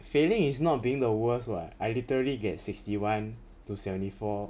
failing is not being the worst [what] I literally get sixty one to seventy four